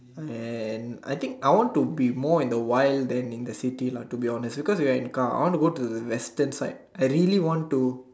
and I think I want to be more in the wild than in the city lah to be honest because we are in the car I want to go to the western side I really want to